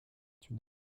une